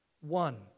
one